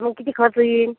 मग किती खर्च यीन